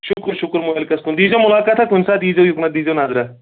شُکُر شُکُر مٲلکَس کُن دی زیو مُلاقاتا کُنہِ ساتہٕ یی زیٚو یُکنھ دی زیو نَظرا